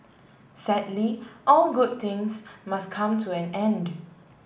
sadly all good things must come to an end